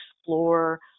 explore